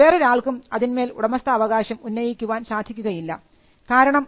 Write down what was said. വേറൊരാൾക്കും അതിന്മേൽ ഉടമസ്ഥാവകാശം ഉന്നയിക്കാൻ സാധിക്കുകയില്ല കാരണം